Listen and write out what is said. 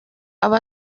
aba